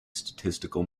statistical